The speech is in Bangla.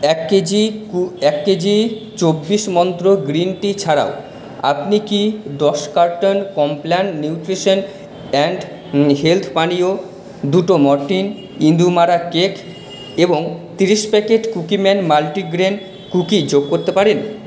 এক কেজি ফু এক কেজি চব্বিশ মন্ত্র গ্রীন টি ছাড়াও আপনি কি দশ carton Complan nutrition and health পানীয় দুটো মর্টিন ইঁদুর মারা কেক এবং তিরিশ packet cookie man multigrain cookie যোগ করতে পারেন